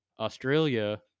Australia